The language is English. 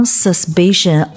suspicion